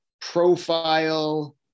profile